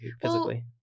physically